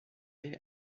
est